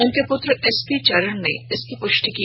उनके पूत्र एसपी चरण ने इसकी पृष्टि की